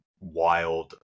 wild